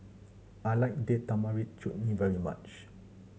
I like Date Tamarind Chutney very much